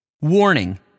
Warning